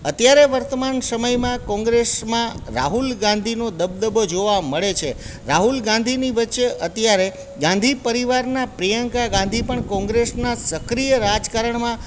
અત્યારે વર્તમાન સમયમાં કોંગ્રેસમાં રાહુલ ગાંધીનો દબદબો જોવા મળે છે રાહુલ ગાંધીની વચ્ચે અત્યારે ગાંધી પરિવારના પ્રિયંકા ગાંધી પણ કોંગ્રેસના સક્રીય રાજકારણમાં